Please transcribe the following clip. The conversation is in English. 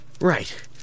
Right